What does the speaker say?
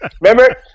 Remember